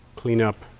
cleanup